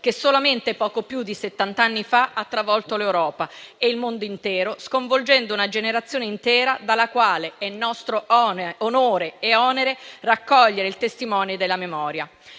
che poco più di settant'anni fa ha travolto l'Europa e il mondo intero, sconvolgendo una generazione intera, dalla quale è nostro onore e onere raccogliere il testimone della memoria.